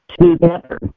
together